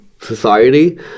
society